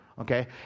Okay